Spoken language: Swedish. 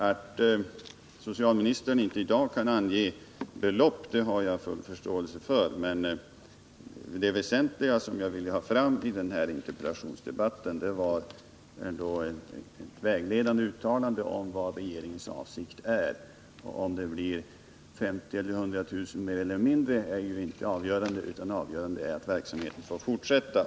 Att socialministern inte i dag kan ange några belopp har jag full förståelse för, men det väsentliga som jag ville ha fram i den här interpellationsdebatten var ändå ett vägledande uttalande om vad regeringens avsikt är. Om det blir 50 000 eller 100 000 mer eller mindre är inte avgörande, utan avgörande är att verksamheten får fortsätta.